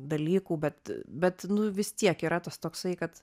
dalykų bet bet vis tiek yra tas toksai kad